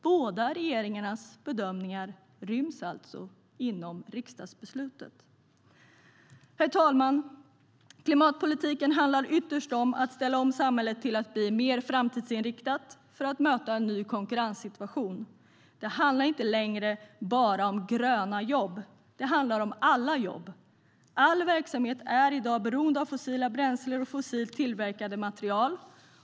Båda regeringarnas bedömningar ryms alltså inom riksdagsbeslutet. Herr talman! Klimatpolitiken handlar ytterst om att ställa om samhället till att bli mer framtidsinriktat för att möta en ny konkurrenssituation. Det handlar inte längre bara om gröna jobb, det handlar om alla jobb. All verksamhet är i dag beroende av fossila bränslen och fossilt tillverkade material.